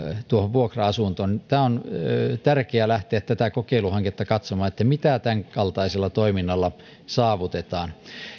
vuokra asuntoon on tärkeää lähteä tällä kokeiluhankkeella katsomaan mitä tämänkaltaisella toiminnalla saavutetaan